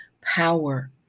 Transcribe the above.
power